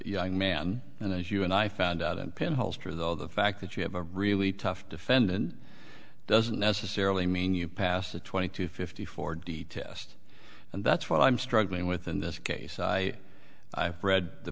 young man and as you and i found out and pinholes true though the fact that you have a really tough defendant doesn't necessarily mean you passed a twenty two fifty four d test and that's what i'm struggling with in this case i read the